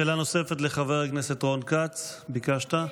שאלה נוספת לחבר הכנסת רון כץ, ביקשת.